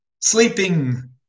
sleeping